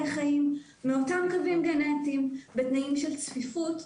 חיים מאותם קווים גנטיים בתנאים של צפיפות,